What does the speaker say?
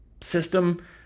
system